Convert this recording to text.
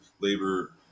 labor